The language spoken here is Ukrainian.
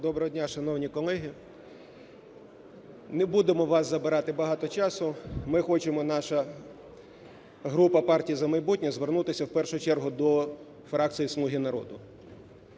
Доброго дня, шановні колеги. Не будемо у вас забирати багато часу. Ми хочемо, наша група партія "За майбутнє", звернутися в першу чергу до фракції "Слуги народу".